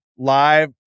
live